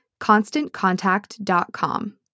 ConstantContact.com